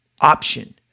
option